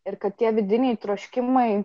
ir kad tie vidiniai troškimai